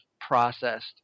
processed